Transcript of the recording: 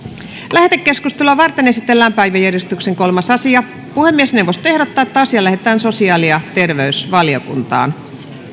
lähetekeskustelua varten esitellään päiväjärjestyksen kolmas asia puhemiesneuvosto ehdottaa että asia lähetetään sosiaali ja terveysvaliokuntaan